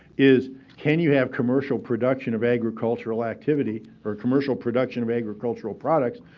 is can you have commercial production of agricultural activity or commercial production of agricultural products,